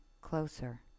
closer